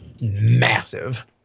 massive